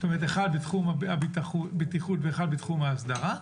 אחד בתחום הבטיחות ואחד בתחום האסדרה,